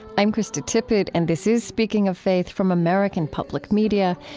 i'm krista tippett, and this is speaking of faith from american public media.